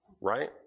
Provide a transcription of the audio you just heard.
right